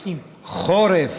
חורף,